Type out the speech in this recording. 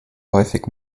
häufig